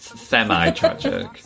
semi-tragic